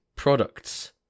Products